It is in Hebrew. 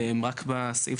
רק בסעיף